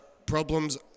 Problems